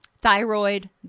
thyroid